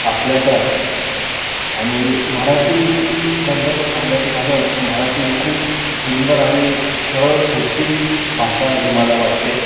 असल्याचा आणि मराठी संदर्भ सांगायचं झालं तर मराठी खूप सुंदर आणि सरळ सोपी भाषा ही मला वाटते